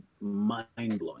mind-blowing